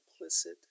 implicit